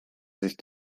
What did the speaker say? sich